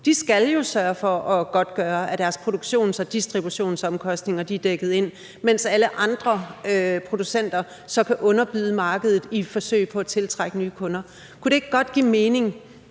Den skal jo sørge for at godtgøre, at dens produktions- og distributionsomkostninger er dækket ind, mens alle andre producenter så kan underbyde markedet i et forsøg på at tiltrække nye kunder. Kunne det ikke godt give mening